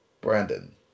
Brandon